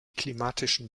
klimatischen